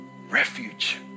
refuge